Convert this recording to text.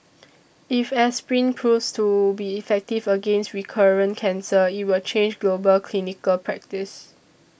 if aspirin proves to be effective against recurrent cancer it will change global clinical practice